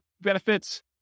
benefits